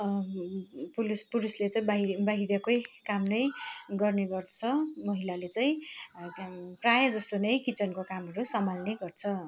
पुरुष पुरुषले चाहिँ बाहिरी बाहिरकै काम नै गर्ने गर्छ महिलाले चाहिँ प्रायःजस्तो नै किचनको कामहरू सम्हाल्ने गर्छ